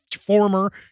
former